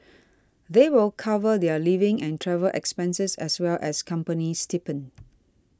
they will cover their living and travel expenses as well as company stipend